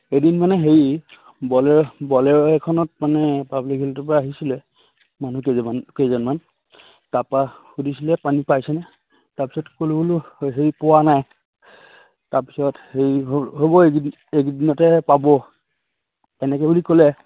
এদিন মানে হেৰি বলে বলেৰ' এখনত মানে পাব্লিক হেল্থৰ পৰা আহিছিলে মানুহ কেইজমান কেইজনমান তাপা সুধিছিলে পানী পাইছেনে তাৰপিছত ক'লোঁ বোলো হেৰি পোৱা নাই তাৰপিছত হেৰি হ'ল হ'ব এইকেইদিন এইকেইদিনতে পাব তেনেকৈ বুলি ক'লে